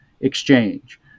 exchange